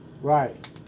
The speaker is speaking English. Right